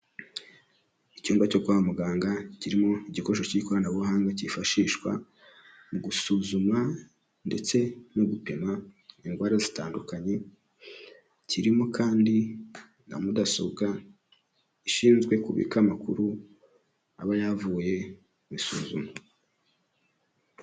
Icyumba cyo kwa muganga kirimo igikoresho cy'ikoranabuhanga cyifashishwa mu gusuzuma ndetse no gupima indwara zitandukanye, kirimo kandi na mudasobwa ishinzwe kubika amakuru aba yavuye mu isuzuma.